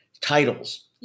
titles